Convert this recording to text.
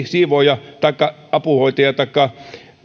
siivoojan taikka apuhoitajan taikka